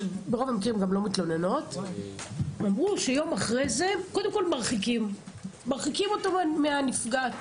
אמרו שקודם כול מרחיקים אותו מהנפגעת.